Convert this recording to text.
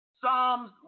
Psalms